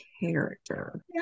character